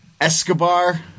Escobar